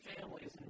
families